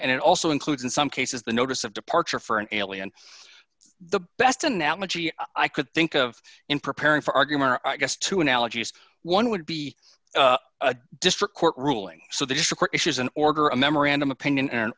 and it also includes in some cases the notice of departure for an alien the best analogy i could think of in preparing for argument i guess two analogies one would be a district court ruling so there's a court issues an order a memorandum